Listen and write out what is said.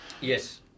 Yes